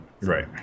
Right